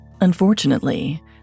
Unfortunately